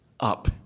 Up